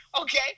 Okay